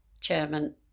chairman